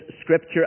scripture